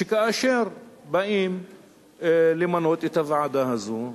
שכאשר באים למנות את הוועדה הזאת,